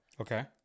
Okay